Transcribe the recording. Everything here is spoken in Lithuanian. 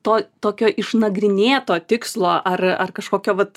to tokio išnagrinėto tikslo ar ar kažkokio vat